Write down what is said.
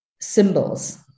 symbols